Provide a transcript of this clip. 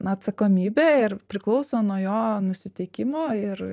na atsakomybė ir priklauso nuo jo nusiteikimo ir